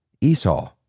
Esau